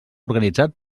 organitzat